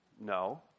No